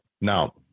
Now